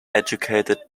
educated